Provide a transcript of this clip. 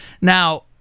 Now